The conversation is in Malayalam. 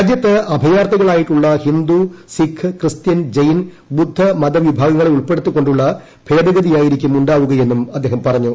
രാജ്യത്ത് അഭയാർത്ഥികളായിട്ടുള്ള് ഹിന്ദു സിഖ് ക്രിസ്ത്യൻജെയിൻ മതവിഭാഗങ്ങളെ ഉൾപ്പെടുത്തിക്കൊണ്ടുള്ള ഭേദഗതിയായിരിക്കും ഉണ്ടാവുകയെന്നും അദ്ദേഷ്ട് പറഞ്ഞു